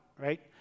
right